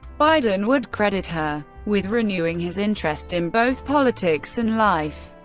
biden would credit her with renewing his interest in both politics and life.